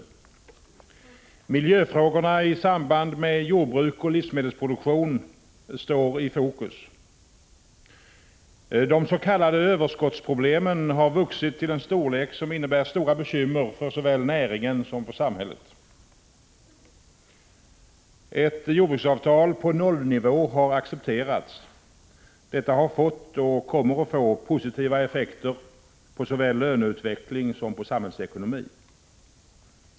mentets budget — Miljöfrågorna i samband med jordbruk och livsmedelsproduktion står i förslag — De s.k. överskottsproblemen har vuxit till en storlek som innebär stora bekymmer såväl för näringen som för samhället. —- Ett jordbruksavtal på nollnivå har accepterats. Detta har fått — och kommer att få — positiva effekter såväl på löneutvecklingen som på samhällsekonomin.